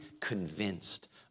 convinced